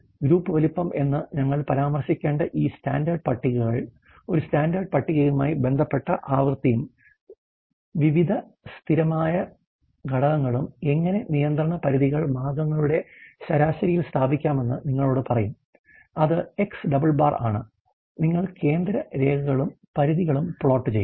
group വലുപ്പം എന്ന് ഞങ്ങൾ പരാമർശിക്കേണ്ട ഈ സ്റ്റാൻഡേർഡ് പട്ടികകൾ ഒരു സ്റ്റാൻഡേർഡ് പട്ടികയുമായി ബന്ധപ്പെട്ട ആവൃത്തിയും വിവിധ സ്ഥിരമായ ഘടകങ്ങളും എങ്ങനെ നിയന്ത്രണ പരിധികൾ മാർഗങ്ങളുടെ ശരാശരിയിൽ സ്ഥാപിക്കാമെന്ന് നിങ്ങളോട് പറയും അത് X double bar ആണ് നിങ്ങൾ കേന്ദ്ര രേഖകളും പരിധികളും പ്ലോട്ട് ചെയ്യുന്നു